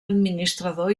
administrador